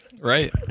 Right